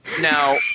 Now